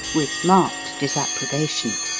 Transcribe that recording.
with marked disapprobation.